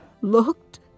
looked